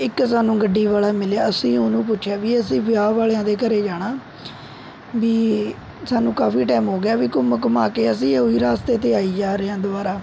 ਇੱਕ ਸਾਨੂੰ ਗੱਡੀ ਵਾਲਾ ਮਿਲਿਆ ਅਸੀਂ ਉਹਨੂੰ ਪੁੱਛਿਆ ਵੀ ਅਸੀਂ ਵਿਆਹ ਵਾਲਿਆਂ ਦੇ ਘਰ ਜਾਣਾ ਵੀ ਸਾਨੂੰ ਕਾਫ਼ੀ ਟਾਇਮ ਹੋ ਗਿਆ ਵੀ ਘੁੰਮ ਘੁੰਮਾ ਕੇ ਅਸੀਂ ਉਹੀ ਰਸਤੇ 'ਤੇ ਆਈ ਜਾ ਰਹੇ ਹਾਂ ਦੁਬਾਰਾ